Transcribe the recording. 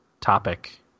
Topic